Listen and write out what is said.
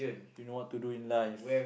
you know what to do in life